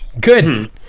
Good